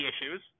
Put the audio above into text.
issues